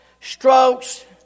strokes